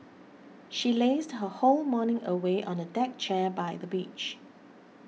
she lazed her whole morning away on the deck chair by the beach